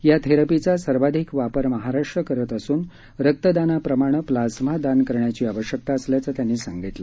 या थेरपीचा सर्वाधिक वापर महाराष्ट्र करत असून रक्तदानाप्रमाणे प्लाझ्मादान करण्याची आवश्यकता असल्याचं त्यांनी सांगितलं